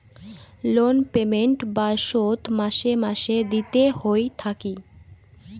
loan payment বা শোধ মাসে মাসে দিতে হই থাকি